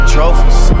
Trophies